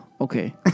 Okay